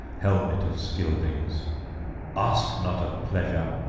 helmet-of-scyldings ask not of pleasure!